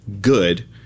good